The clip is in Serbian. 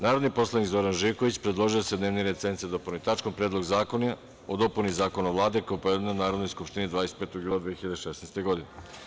Narodni poslanik Zoran Živković, predložio je da se dnevni red sednice dopuni tačkom - Predlog zakona o dopuni Zakona o Vladi, koji je podneo Narodnoj skupštini 25. jula 2016. godine.